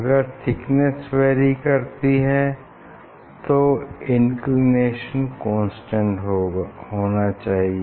अगर thickness vary करती है तो इंक्लिनेशन कांस्टेंट होना चाहिए